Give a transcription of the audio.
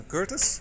Curtis